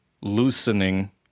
loosening